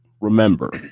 remember